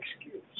excuse